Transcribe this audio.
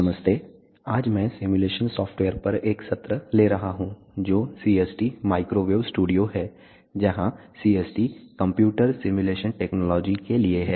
नमस्ते आज मैं सिमुलेशन सॉफ्टवेयर पर एक सत्र ले रहा हूं जो CST माइक्रोवेव स्टूडियो है जहां CST कंप्यूटर सिमुलेशन टेक्नोलॉजी के लिए है